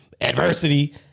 adversity